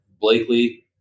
Blakely